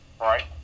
right